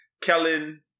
Kellen